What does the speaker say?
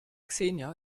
xenia